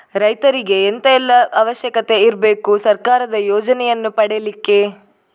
ರೈತರಿಗೆ ಎಂತ ಎಲ್ಲಾ ಅವಶ್ಯಕತೆ ಇರ್ಬೇಕು ಸರ್ಕಾರದ ಯೋಜನೆಯನ್ನು ಪಡೆಲಿಕ್ಕೆ?